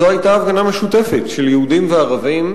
זו היתה הפגנה משותפת של יהודים וערבים,